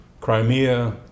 Crimea